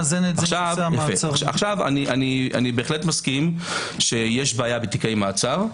אני מסכים שיש בעיה בתיקי מעצר.